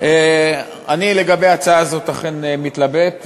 אני לגבי ההצעה הזאת אכן מתלבט,